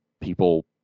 people